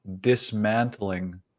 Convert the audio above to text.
dismantling